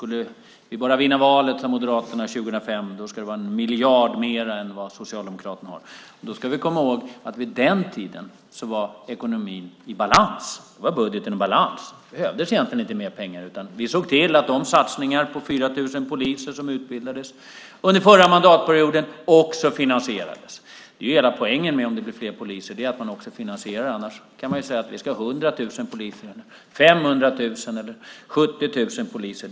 Moderaterna sade 2005 att om man bara vann valet skulle det bli 1 miljard mer än det som Socialdemokraterna satsade. Då ska vi komma ihåg att vid den tiden var ekonomin i balans. Då var budgeten i balans. Det behövdes egentligen inte mer pengar, utan vi såg till att satsningen på 4 000 poliser som utbildades under den förra mandatperioden också finansierades. Hela poängen med om det blir fler poliser är att man också finansierar det. Annars kan man säga att vi ska ha 100 000 poliser, 500 000 poliser eller 70 000 poliser.